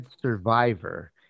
survivor